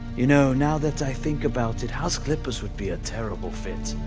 you know, now that i think about it, house clippers would be a terrible fit.